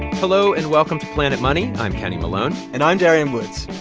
hello, and welcome to planet money. i'm kenny malone and i'm darian woods.